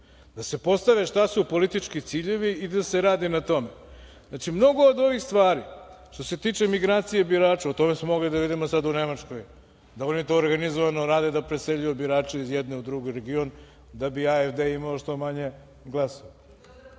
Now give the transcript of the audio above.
da se postave šta su politički ciljevi i da se radi na tome. Znači, mnoge od ovih stvari, što se tiče migracije birača, o tome smo mogli da vidimo sada u Nemačkoj, da oni to organizovano rade, da preseljuju birače iz jednog u drugi region da bi AfD imao što manje glasova